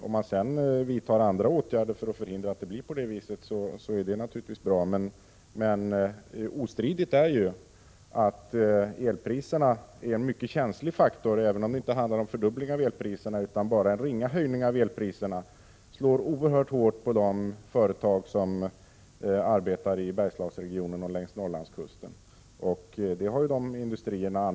Om man sedan vidtar andra åtgärder för att förhindra att så blir fallet, är det naturligtvis bra, men ostridigt är ju att elpriserna är en mycket känslig faktor. Även om det inte skulle handla om en fördubbling utan bara om en ringa höjning av elpriserna, blir effekten ett oerhört hårt slag mot de företag som arbetar i Bergslagsregionen och längs Norrlandskusten. Detta har understrukits av dessa industrier.